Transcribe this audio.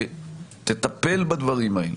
שתטפל בדברים האלה,